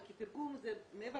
תרגום, מעבר